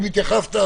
אם התייחסת,